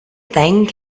thing